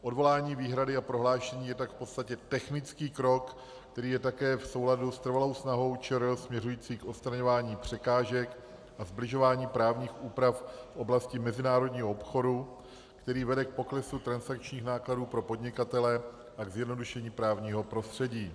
Odvolání výhrady a prohlášení je tak v podstatě technický krok, který je také v souladu s trvalou snahou ČR směřující k odstraňování překážek a sbližování právních úprav v oblasti mezinárodního obchodu, který vede k poklesu transakčních nákladů pro podnikatele a zjednodušení právního prostředí.